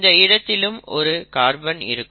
இந்த இடத்திலும் ஒரு கார்பன் இருக்கும்